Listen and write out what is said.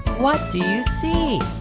what do you see?